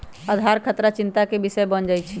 आधार खतरा चिंता के विषय बन जाइ छै